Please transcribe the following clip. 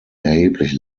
erheblich